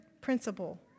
principle